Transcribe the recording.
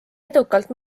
edukalt